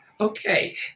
Okay